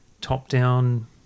top-down